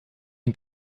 den